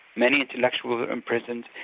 many intellectuals were imprisoned,